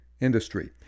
industry